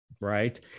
right